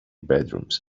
bedrooms